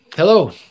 Hello